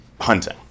hunting